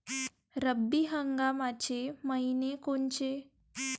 रब्बी हंगामाचे मइने कोनचे?